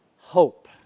hope